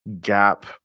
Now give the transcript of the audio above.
gap